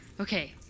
Okay